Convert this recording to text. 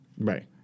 Right